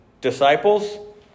disciples